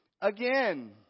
again